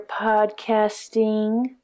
podcasting